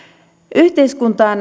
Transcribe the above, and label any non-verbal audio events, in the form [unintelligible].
yhteiskuntaan [unintelligible]